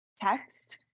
text